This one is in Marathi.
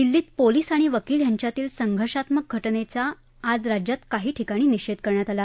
दिल्लीत पोलीस आणि वकील यांच्यातील संघर्षात्मक घटनेचा आज राज्यातही काही ठिकाणी निषेध करण्यात आला